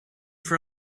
for